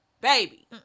Baby